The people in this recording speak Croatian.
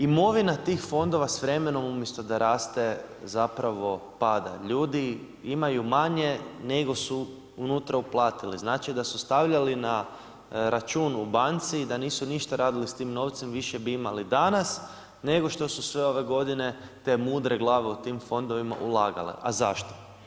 Imovina tih fondova s vremenom umjesto da raste zapravo pada, ljudi imaju manje nego su unutra uplatili, znači da su stavljali na račun u banci, da nisu ništa radili s tim novcem više bi imali danas nego što su sve ove godine te mudre u tim fondovima ulagale, a zašto?